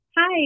Hi